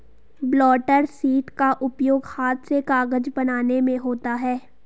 blotter sheet का उपयोग हाथ से कागज बनाने में होता है